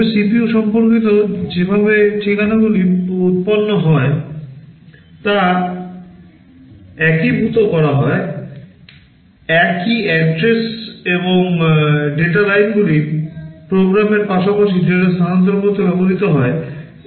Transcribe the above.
তবে CPU সম্পর্কিত যেভাবে ঠিকানাগুলি উত্পন্ন হয় তা একীভূত করা হয় একই address এবং ডেটা লাইনগুলি প্রোগ্রামের পাশাপাশি ডেটা স্থানান্তর করতে ব্যবহৃত হয়